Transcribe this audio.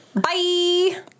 Bye